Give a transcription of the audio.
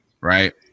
right